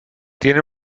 tiene